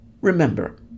Remember